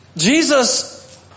Jesus